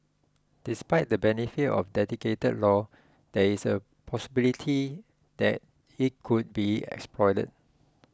despite the benefits of a dedicated law there is a possibility that it could be exploited